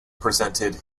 presented